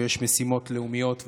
ויש משימות לאומיות,